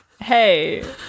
Hey